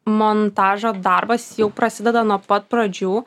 montažo darbas jau prasideda nuo pat pradžių